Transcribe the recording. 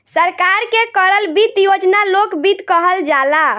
सरकार के करल वित्त योजना लोक वित्त कहल जाला